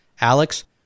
alex